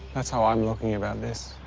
that's how i'm looking about this.